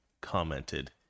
commented